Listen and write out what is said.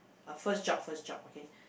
a first job first job okay